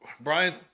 Brian